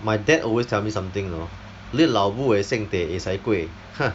my dad always tell me something you know li eh lao bu eh xing tei eh sai kuei !huh!